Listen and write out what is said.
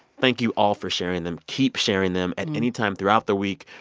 thank you all for sharing them. keep sharing them. at anytime throughout the week,